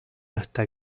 hasta